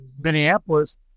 Minneapolis